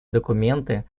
документы